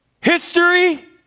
history